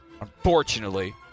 unfortunately